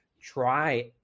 Try